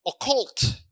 occult